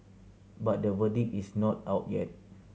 but the verdict is not out yet